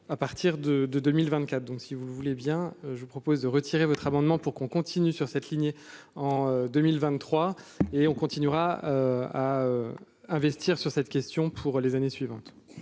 à partir de, de 2024 donc si vous voulez bien, je vous propose de retirer votre amendement pour qu'on continue sur cette lignée en 2023 et on continuera à investir sur cette question pour les années suivantes.